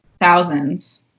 thousands